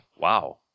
Wow